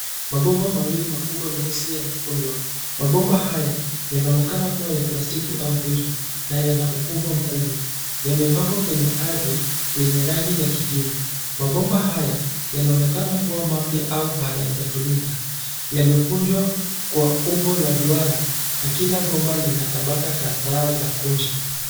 Mabomba mawili makubwa meusi yamekunjwa. Mabomba haya, yanaonekana kuwa ya plastiki au mpira, na yana ukubwa mkubwa. Yamepangwa kwenye ardhi, yenye rangi ya kijivu. Mabomba haya yanaonekana kuwa mapya au hayajatumika. Yamekunjwa kwa umbo la duara na kila bomba linatabaka kadhaa za kunja.